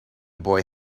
boy